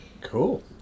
cool